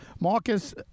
Marcus